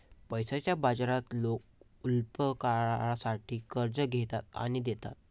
पैशाच्या बाजारात लोक अल्पकाळासाठी कर्ज घेतात आणि देतात